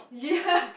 yeah